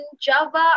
Java